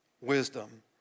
wisdom